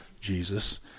Jesus